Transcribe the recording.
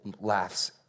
laughs